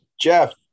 Jeff